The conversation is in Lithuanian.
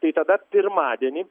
tai tada pirmadienį